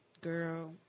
Girl